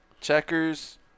Checkers